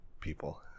people